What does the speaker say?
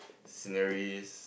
sceneries